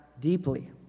deeply